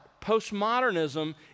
postmodernism